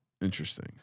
Interesting